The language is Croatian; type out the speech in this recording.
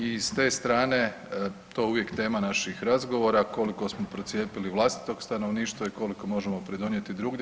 I s te strane to je uvijek tema naših razgovora, koliko smo procijepili vlastitog stanovništva i koliko možemo pridonijeti drugdje.